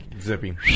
zipping